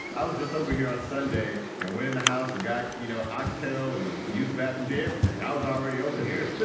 i was just over here on sunday and went in the house and got, you know, oxtail and use bath and day everything. i was already over here.